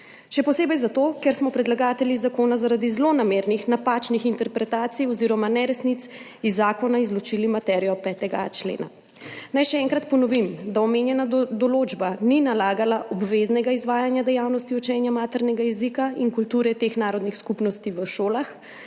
še posebej zato, ker smo predlagatelji zakona zaradi zlonamernih in napačnih interpretacij oziroma neresnic iz zakona izločili materijo 5a. člena. Naj še enkrat ponovim, da omenjena določba ni nalagala obveznega izvajanja dejavnosti učenja maternega jezika in kulture teh narodnih skupnosti v šolah,